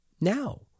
now